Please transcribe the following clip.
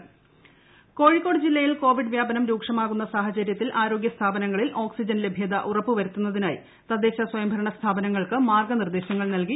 Kozhikode oxygen Kozhikode ജില്ലയിൽ Covid വൃാപനം രൂക്ഷമാകുന്ന സാഹചരൃത്തിൽ ആരോഗൃ സ്ഥാപനങ്ങളിൽ ഓക്സിജൻ ലഭൃത ഉറപ്പു വരുത്തുന്നതിനായി തദ്ദേശസ്യുട്ടുഭർണ സ്ഥാപനങ്ങൾക്ക് മാർഗ്ഗ നിർദ്ദേശങ്ങൾ നൽകി